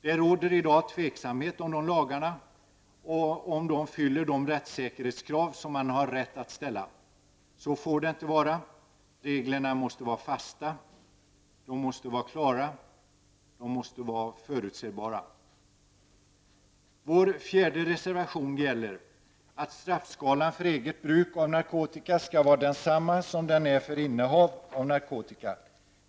Det råder i dag tveksamhet om de lagarna och om de fyller de rättssäkerhetskrav som man har rätt att ställa. Så får det inte vara. Reglerna måste vara fasta, klara och förutsebara. Vår fjärde reservation gäller att straffskalan för eget bruk av narkotika skall vara densamma som för innehav av narkotika.